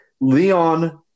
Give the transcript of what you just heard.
Leon